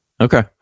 Okay